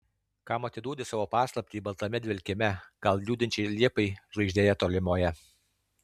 kam atiduodi savo paslaptį baltame dvelkime gal liūdinčiai liepai žvaigždėje tolimoje